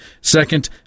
Second